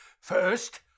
First